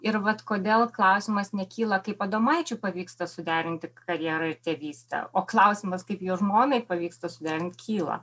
ir vat kodėl klausimas nekyla kaip adomaičiui pavyksta suderinti karjerą ir tėvystę o klausimas kaip jo žmonai pavyksta suderint kyla